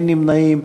אין נמנעים.